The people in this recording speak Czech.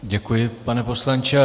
Děkuji, pane poslanče.